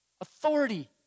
Authority